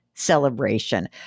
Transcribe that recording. celebration